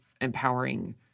empowering